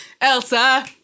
Elsa